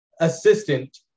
assistant